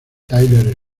tyler